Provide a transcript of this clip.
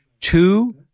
two